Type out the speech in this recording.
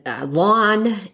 lawn